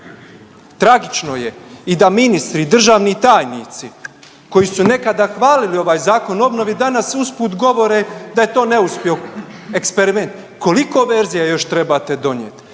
Tragično je i da ministri i državni tajnici koji su nekada hvalili ovaj Zakon o obnovi danas usput govore da je to neuspio eksperiment. Koliko verzija još trebate donijeti?